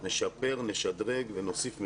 נשפר ונשדרג ונוסיף מחשוב,